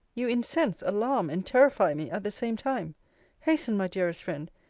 you incense, alarm, and terrify me, at the same time hasten, my dearest friend,